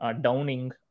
Downing